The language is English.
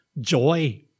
joy